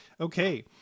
Okay